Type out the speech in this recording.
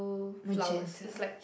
magenta